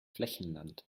flächenland